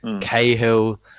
cahill